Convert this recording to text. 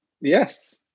Yes